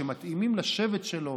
שמתאימים לשבט שלו,